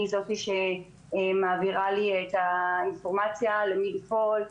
זאת שמעבירה לי את האינפורמציה למי לפנות,